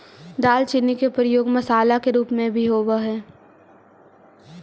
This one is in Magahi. दालचीनी के प्रयोग मसाला के रूप में भी होब हई